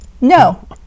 No